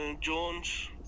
Jones